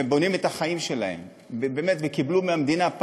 ובונים את החיים שלהם, וקיבלו מהמדינה.